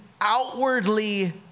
outwardly